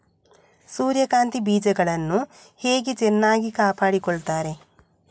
ಸೂರ್ಯಕಾಂತಿ ಬೀಜಗಳನ್ನು ಹೇಗೆ ಚೆನ್ನಾಗಿ ಕಾಪಾಡಿಕೊಳ್ತಾರೆ?